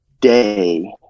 day